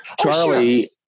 Charlie